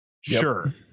Sure